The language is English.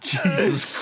Jesus